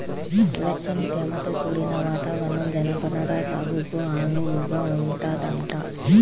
వెచ్చని, తేమతో కూడిన వాతావరణం జనపనార సాగుకు అనువుగా ఉంటదంట